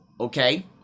okay